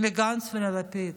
לגנץ וללפיד: